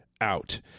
out